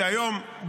שהיום,